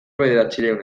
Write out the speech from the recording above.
bederatziehun